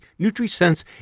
NutriSense